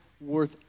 worth